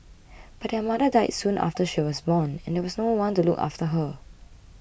but their mother died soon after she was born and there was no one to look after her